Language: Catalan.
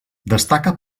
destaca